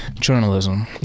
journalism